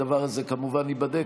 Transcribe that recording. הדבר הזה כמובן ייבדק,